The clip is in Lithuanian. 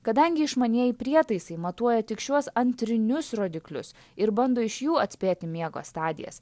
kadangi išmanieji prietaisai matuoja tik šiuos antrinius rodiklius ir bando iš jų atspėti miego stadijas